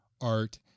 art